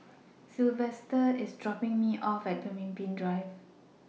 Silvester IS dropping Me off At Pemimpin Drive